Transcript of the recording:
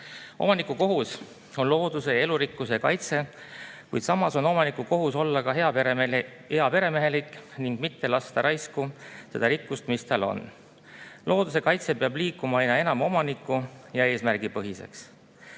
Omaniku kohus on looduse elurikkuse kaitse, kuid samas on omaniku kohus olla ka heaperemehelik ning mitte lasta raisku seda rikkust, mis tal on. Looduse kaitse peab liikuma aina enam omaniku- ja eesmärgipõhiseks.